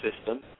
system